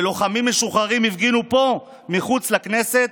ולוחמים משוחררים הפגינו פה מחוץ לכנסת,